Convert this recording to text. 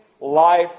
Life